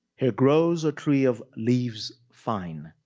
here grows a tree of leaves fine.